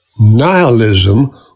Nihilism